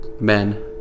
Men